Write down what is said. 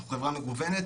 אנחנו חברה מגוונת,